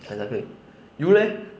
another you leh